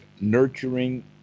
nurturing